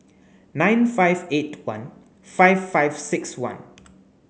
nine five eight one five five six one